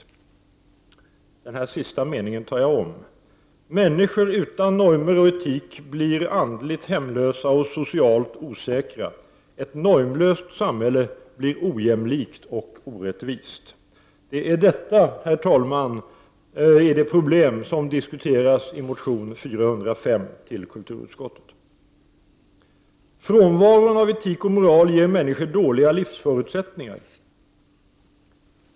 Jag vill upprepa de sista meningarna: Människor utan normer och etik blir andligt hemlösa och socialt osäkra. Ett normlöst samhälle blir ojämlikt och orättvist. Detta, herr talman, är de problem som diskuteras i motion 405 som behandlats av kulturutskottet. 7n Frånvaron av etik och moral ger människor dåliga livsförutsättningar.